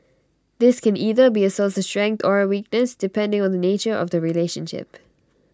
this can either be A source of strength or A weakness depending on the nature of the relationship